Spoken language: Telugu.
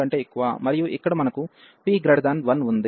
మరియు ఇక్కడ మనకు p 1 ఉంది